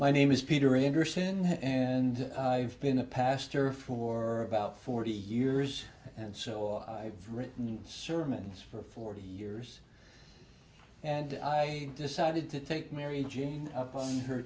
my name is peter anderson and i've been a pastor for about forty years and so i've written sherman's for forty years and i decided to take mary jane out of her